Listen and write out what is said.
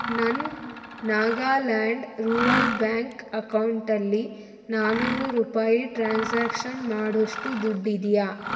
ನನ್ನ Nagaland rural bank ಅಕೌಂಟಲ್ಲಿ ನಾನ್ನೂರು ರೂಪಾಯಿ ಟ್ರಾನ್ಸಾಕ್ಷನ್ ಮಾಡೋಷ್ಟು ದುಡ್ಡಿದೆಯಾ